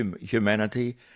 humanity